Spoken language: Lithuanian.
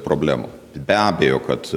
problemų be abejo kad